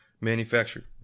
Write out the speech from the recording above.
manufactured